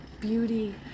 beauty